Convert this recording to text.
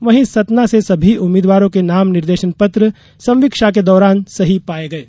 वहीं सतना में सभी उम्मीद्वारों के नाम निर्देशन पत्र संवीक्षा के दौरान सही पाये गये